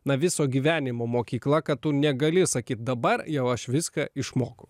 na viso gyvenimo mokykla kad tu negali sakyt dabar jau viską išmokau